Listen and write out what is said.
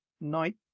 night